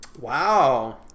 Wow